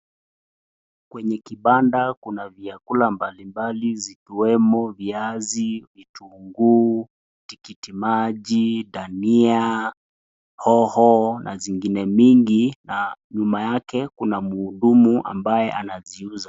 Kwenye kibanda kuna vyakula mbalimbali zikiwemo viazi, vitunguu , tikiti maji, dhania, hoho na zingine mingi na nyuma yake kuna mhudumu ambaye anaziuza.